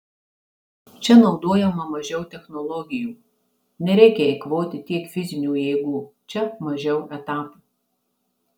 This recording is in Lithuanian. čia naudojama mažiau technologijų nereikia eikvoti tiek fizinių jėgų čia mažiau etapų